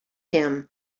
him